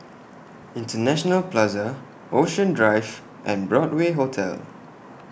International Plaza Ocean Drive and Broadway Hotel